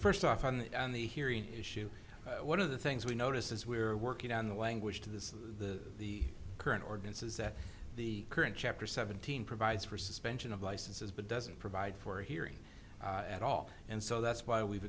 first off on the hearing issue one of the things we notice as we're working on the language to this is the current ordinances that the current chapter seventeen provides for suspension of licenses but doesn't provide for hearing at all and so that's why we've